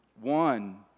One